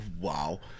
wow